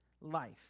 life